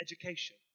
education